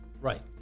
Right